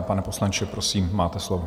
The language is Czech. Pane poslanče, prosím, máte slovo.